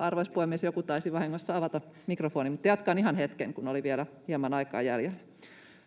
Arvoisa puhemies! Joku taisi vahingossa avata mikrofonin, mutta jatkan ihan hetken, kun oli vielä hieman aikaa jäljellä.